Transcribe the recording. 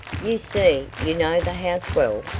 you see, you know the house well,